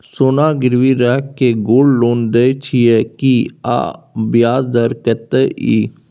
सोना गिरवी रैख के गोल्ड लोन दै छियै की, आ ब्याज दर कत्ते इ?